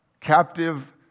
Captive